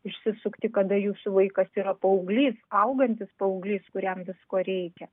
išsisukti kada jūsų vaikas yra paauglys augantis paauglys kuriam visko reikia